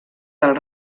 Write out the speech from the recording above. del